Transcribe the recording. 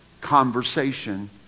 conversation